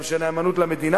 גם שהנאמנות למדינה,